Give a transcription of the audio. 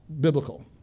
biblical